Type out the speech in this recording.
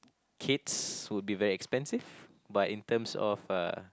kids would be very expensive but in terms of uh